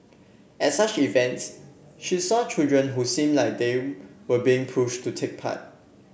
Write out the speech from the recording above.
at such events she saw children who seemed like they were being pushed to take part